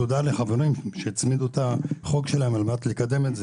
תודה גם לחברים שהצמידו את החוק שלהם על מנת לקדם את זה.